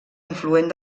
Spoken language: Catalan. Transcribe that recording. influent